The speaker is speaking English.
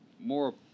More